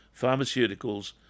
pharmaceuticals